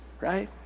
right